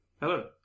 Hello